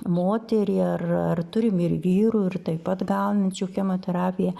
moterį ar ar turim ir vyrų ir taip pat gaunančių chemoterapiją